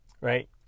right